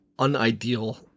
unideal